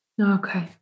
Okay